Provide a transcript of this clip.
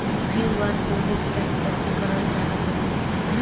QR code scan कैसे क़रल जला तनि बताई?